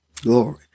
glory